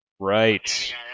Right